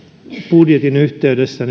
budjetin yhteydessä